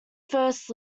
first